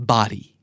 Body